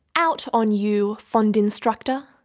out on you, fond instructor,